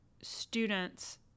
students